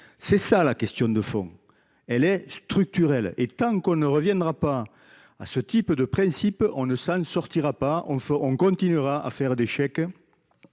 modestes. La question de fond est donc structurelle. Tant que l’on n’en reviendra pas à ce type de principe, on ne s’en sortira pas : on continuera de faire des chèques